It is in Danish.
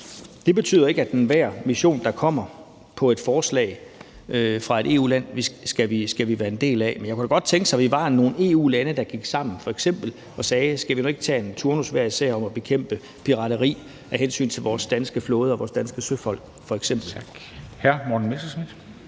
Det betyder ikke, at enhver mission, der kommer på baggrund af et forslag fra et EU-land, skal vi være en del af, men man kunne da godt tænke sig, at vi var nogle EU-lande, der gik sammen og f.eks. sagde: Skal vi nu ikke tage en turnus hver især om at bekæmpe pirateri af hensyn til vores danske flåde og vores danske søfolk? Kl.